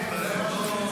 לוועדת הכספים נתקבלה.